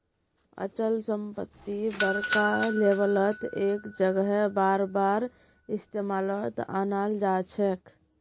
अचल संपत्ति बड़का लेवलत एक जगह बारबार इस्तेमालत अनाल जाछेक